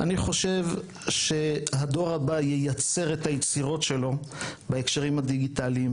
אני חושב שהדור הבא ייצר את היצירות שלו בהקשרים הדיגיטליים,